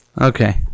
Okay